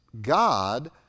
God